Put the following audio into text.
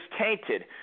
tainted